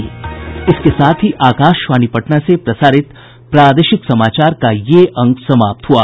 इसके साथ ही आकाशवाणी पटना से प्रसारित प्रादेशिक समाचार का ये अंक समाप्त हुआ